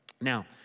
Now